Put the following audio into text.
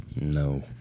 No